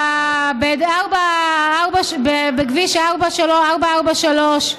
בכביש 443,